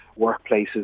workplaces